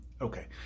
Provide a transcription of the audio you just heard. Okay